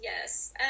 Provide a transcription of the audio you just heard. yes